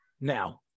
Now